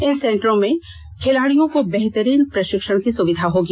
इन सेंटरो में खिलाड़ियों को बेहतरीन प्रषिक्षण की सुविधा होगी